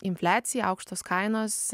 infliacija aukštos kainos